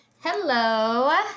Hello